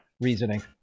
reasoning